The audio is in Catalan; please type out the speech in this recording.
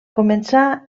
començà